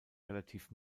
relativ